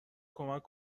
کمک